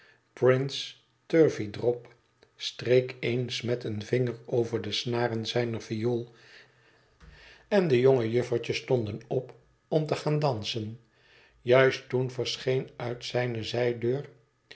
prince turveydrop streek eens met een vinger over de snaren zijner viool en de jonge juffertjes stonden op om te gaan dansen juist toen verscheen uit eene zijdeur